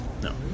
No